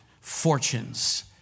fortunes